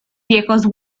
viejos